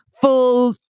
full